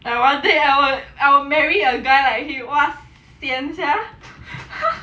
I will date I will marry a guy like he !wah! sian sia